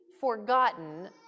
forgotten